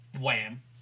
wham